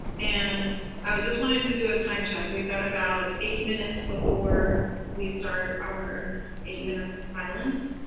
and i would just wanted to do a time check. we've got about eight minutes before we start our eight minutes of silence.